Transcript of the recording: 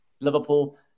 Liverpool